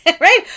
right